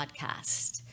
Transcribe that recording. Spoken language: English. podcast